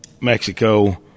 Mexico